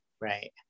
Right